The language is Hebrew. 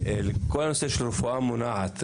כל הנושא של רפואה מונעת,